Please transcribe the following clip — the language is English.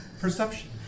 perception